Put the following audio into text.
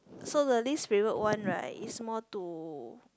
so the least favourite one right is more to